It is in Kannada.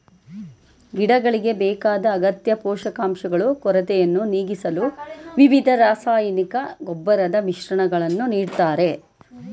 ಗಿಡಗಳಿಗೆ ಬೇಕಾದ ಅಗತ್ಯ ಪೋಷಕಾಂಶಗಳು ಕೊರತೆಯನ್ನು ನೀಗಿಸಲು ವಿವಿಧ ರಾಸಾಯನಿಕ ಗೊಬ್ಬರದ ಮಿಶ್ರಣಗಳನ್ನು ನೀಡ್ತಾರೆ